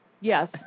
Yes